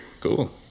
Cool